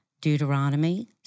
Deuteronomy